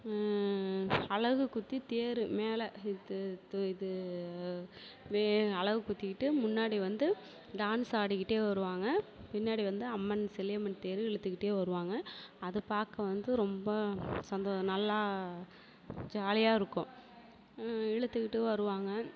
அலகு குத்தி தேர் மேலே அலகு குத்திட்டு முன்னாடி வந்து டான்ஸ் ஆடிகிட்டே வருவாங்க பின்னாடி வந்து அம்மன் செல்லியம்மன் தேர் இழுத்துகிட்டே வருவாங்க அதை பார்க்க வந்து ரொம்ப சந்த நல்லா ஜாலியாக இருக்கும் இழுத்துகிட்டு வருவாங்க